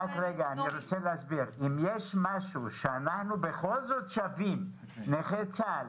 אם יש משהו שאנחנו בכל זאת שווים נכי צה"ל,